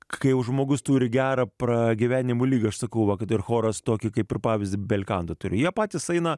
kai jau žmogus turi gerą pragyvenimo ligą aš sakau va kad ir choras tokį kaip ir pavyzdį belkanto turi jie patys eina